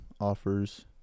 offers